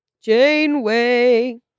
Janeway